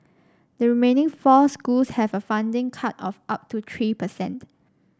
the remaining four schools have a funding cut of up to three percent